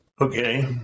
okay